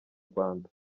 rwanda